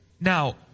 Now